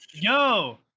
Yo